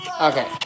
Okay